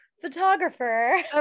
photographer